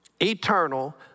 eternal